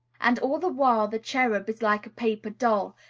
and all the while the cherub is like a paper doll,